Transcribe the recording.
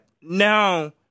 Now